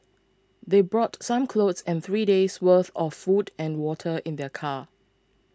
they brought some clothes and three days' worth of food and water in their car